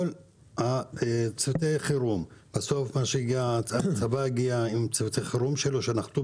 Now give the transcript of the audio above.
כל צוותי החירום והצבא שהגיע עם צוותי החירום שלו שנחתו